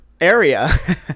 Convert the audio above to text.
area